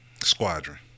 Squadron